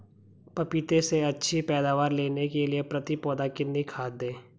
पपीते से अच्छी पैदावार लेने के लिए प्रति पौधा कितनी खाद दें?